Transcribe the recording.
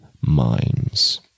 minds